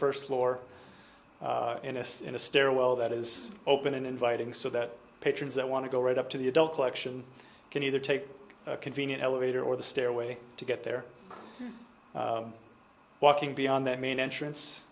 first floor in a stairwell that is open and inviting so that patrons that want to go right up to the adult collection can either take a convenient elevator or the stairway to get there walking beyond that main entrance